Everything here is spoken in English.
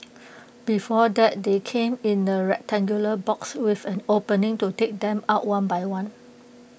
before that they came in A rectangular box with an opening to take them out one by one